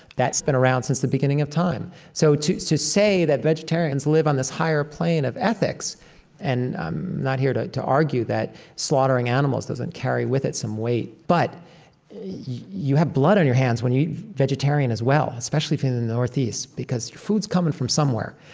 that's been around since the beginning of time. so to to say that vegetarians live on this higher plane of ethics and i'm not here to to argue that slaughtering animals doesn't carry with it some weight, but you have blood on your hands when you eat vegetarian as well, especially if you're in the northeast. because food's coming from somewhere,